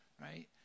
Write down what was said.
right